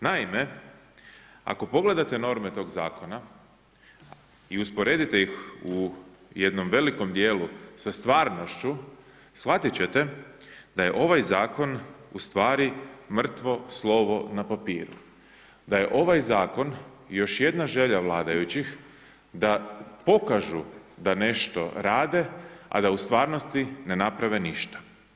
Naime, ako pogledate norme tog zakona i usporedite ih u jednom velikom dijelu sa stvarnošću shvatit ćete da je ovaj zakon u stvari mrtvo slovo na papiru, da je ovaj zakon još jedna želja vladajućih da pokažu da nešto rade, a da u stvarnosti ne naprave ništa.